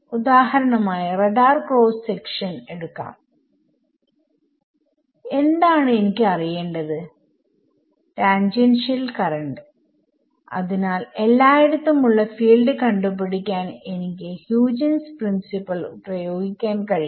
ഉദാഹരണം ആയി radar cross section എടുക്കാം എന്താണ് എനിക്ക് അറിയേണ്ടത് ടാൻജെൻഷിയൽ കറണ്ട് അതിനാൽ എല്ലായിടത്തും ഉള്ള ഫീൽഡ് കണ്ടു പിടിക്കാൻ എനിക്ക് ഹ്യൂജെൻസ് പ്രിൻസിപിൾ പ്രയോഗിക്കാൻ കഴിയും